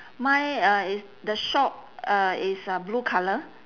mine uh is the shop uh is uh blue colour